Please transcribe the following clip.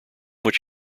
which